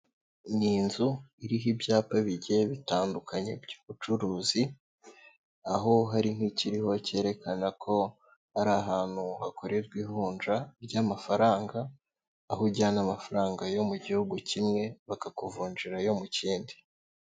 Ni inzu iriho ibyapa bigiye bitandukanye by'ubucuruzi, aho hari nk'ikiriho cyerekana ko ari ahantu hakorerwa ivunja ry'amafaranga, aho ujyana amafaranga yo mu gihugu kimwe bakakuvunjira ayo mu kindi.